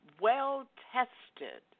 well-tested